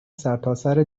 سرتاسر